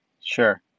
Sure